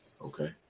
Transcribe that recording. Okay